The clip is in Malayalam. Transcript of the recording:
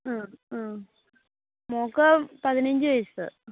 ഹ് ഹ് മോൾക്ക് പതിനഞ്ചു വയസ്സ്